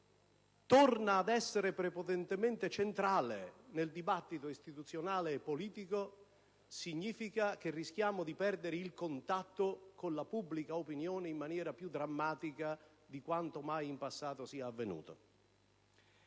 torna ad essere prepotentemente centrale nel dibattito istituzionale e politico, significa che rischiamo di perdere il contatto con la pubblica opinione in maniera più drammatica di quanto mai in passato sia avvenuto.